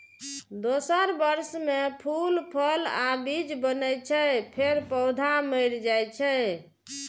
दोसर वर्ष मे फूल, फल आ बीज बनै छै, फेर पौधा मरि जाइ छै